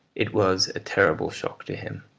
it was a terrible shock to him,